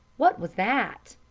what was that?